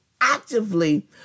actively